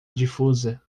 difusa